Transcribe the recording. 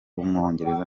w’umwongereza